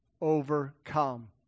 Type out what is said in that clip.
overcome